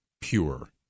pure